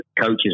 coaches